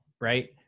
right